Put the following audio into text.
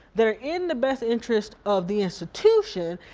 that are in the best interest of the institution,